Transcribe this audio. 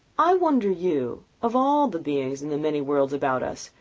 i wonder you, of all the beings in the many worlds about us,